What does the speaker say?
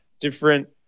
different